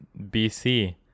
bc